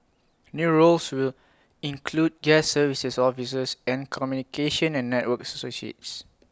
new roles will include guest services officers and communication and networks associates